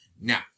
Now